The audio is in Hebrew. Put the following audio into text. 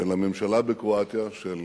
של הממשלה בקרואטיה, של